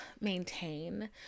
maintain